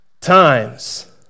times